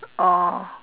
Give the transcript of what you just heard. oh